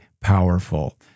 powerful